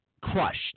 crushed